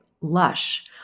Lush